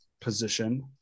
position